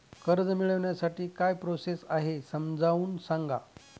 कर्ज मिळविण्यासाठी काय प्रोसेस आहे समजावून सांगा